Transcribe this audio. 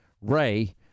Ray